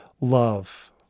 love